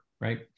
right